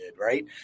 right